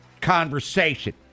conversation